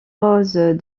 roses